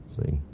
see